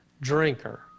drinker